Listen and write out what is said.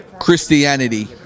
Christianity